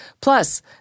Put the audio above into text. plus